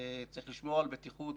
צריך לשמור על בטיחות,